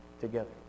together